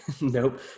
Nope